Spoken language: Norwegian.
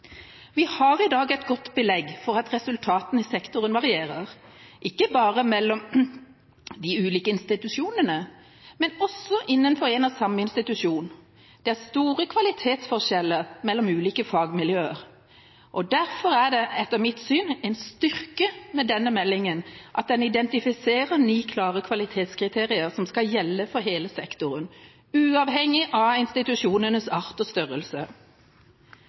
Vi har i dag godt belegg for at resultatene i sektoren varierer – ikke bare mellom de ulike institusjonene, men også innenfor en og samme institusjon. Det er store kvalitetsforskjeller mellom ulike fagmiljøer. Derfor er det etter mitt syn en styrke ved denne meldingen at den identifiserer ni klare kvalitetskriterier som skal gjelde for hele sektoren, uavhengig av institusjonenes art og størrelse.